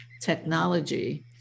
Technology